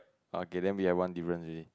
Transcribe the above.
okay then we have one difference already